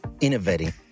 innovating